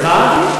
סליחה?